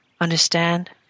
understand